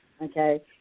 okay